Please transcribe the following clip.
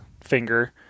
finger